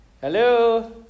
Hello